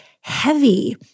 heavy